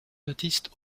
baptiste